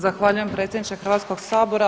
Zahvaljujem predsjedniče Hrvatskog sabora.